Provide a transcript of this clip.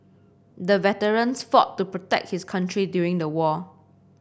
the veteran fought to protect his country during the war